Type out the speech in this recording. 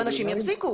ואנשים יפסיקו.